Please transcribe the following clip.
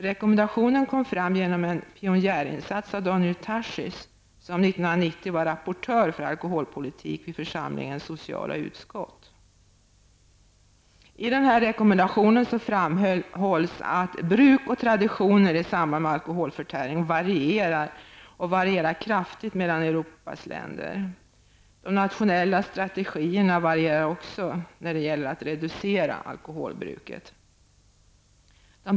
Rekommendationen kom fram genom en pionjärinsats av Daniel I rekommendationen framhålls att bruk och traditioner i samband med alkoholförtäring varierar kraftigt mellan Europas länder, liksom de nationella strategierna för att reducera alkoholbruket gör.